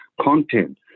content